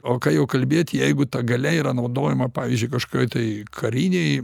o ką jau kalbėt jeigu ta galia yra naudojama pavyzdžiui kažkokioj tai karinėj